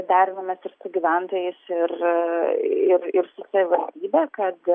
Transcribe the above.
derinamės ir su gyventojais ir ir ir su savivaldybe kad